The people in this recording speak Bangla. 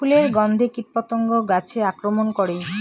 ফুলের গণ্ধে কীটপতঙ্গ গাছে আক্রমণ করে?